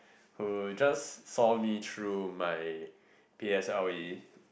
who just saw me through me P_S_L_E